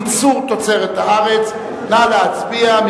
ייצור תוצרת הארץ) נא להצביע.